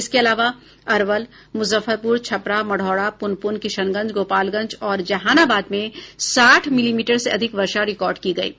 इसके अलावा अरवल मुजफ्फरपुर छपरा मढ़ौरा पुनपुन किशनगंज गोपालगंज और जहानाबाद में साठ मिलीमीटर से अधिक वर्षा रिकार्ड की गयी है